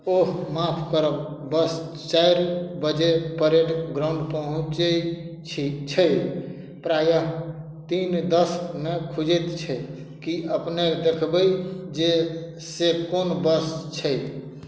ओह माफ करब बस चारि बजे परेड ग्राउण्ड पहुँचय छै प्रायः तीन दसमे खुजैत छै कि अपने देखबय जे से कोन बस छै